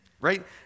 right